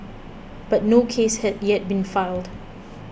but no case has yet been filed